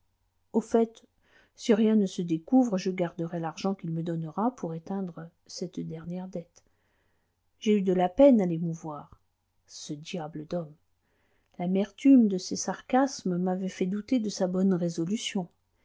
au fait si rien ne se découvre je garderai l'argent qu'il me donnera pour éteindre cette dernière dette j'ai eu de la peine à l'émouvoir ce diable d'homme l'amertume de ses sarcasmes m'avait fait douter de sa bonne résolution